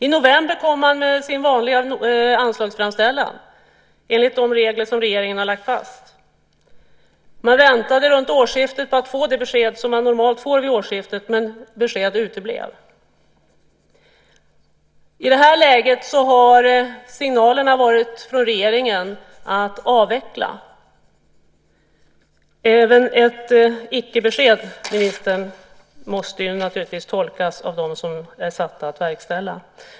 I november kom man med sin vanliga anslagsframställan enligt de regler som regeringen har lagt fast. Man väntade runt årsskiftet på att få det besked som man normalt får vid årsskiftet, men besked uteblev. I det här läget har signalerna från regeringen varit att avveckla. Även ett icke-besked, ministern, måste naturligtvis tolkas av dem som är satta att verkställa det.